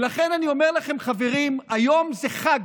ולכן אני אומר לכם, חברים, היום זה חג.